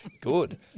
Good